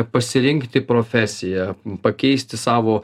pasirinkti profesiją pakeisti savo